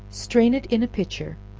strain it in a pitcher,